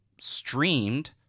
streamed